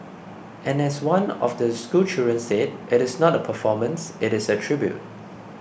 and as one of the schoolchildren said it is not a performance it is a tribute